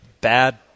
bad